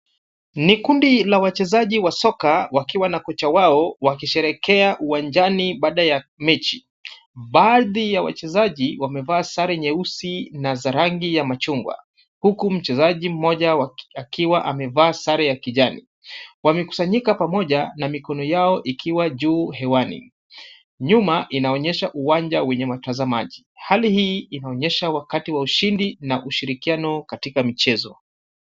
Ni kundi la wachezaji wa soka wakiwa na kocha wao wakisherehekea uwanjani baada ya mechi. baadhi ya wachezaji wamevaa sare nyeusi na za rangi ya machungwa huku mchezaji mmoaja akiwa amevaa sare ya kijani. Wamekusanyika pamoja na mikono yao ikiwa juu hewani. Nyuma inaonyesha uwanja wenye watazamaji. Hali hii inaonyesha wakati wa ushindi na ushirikiano katika michezo.